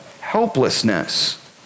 Helplessness